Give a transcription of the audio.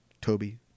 Toby